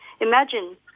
Imagine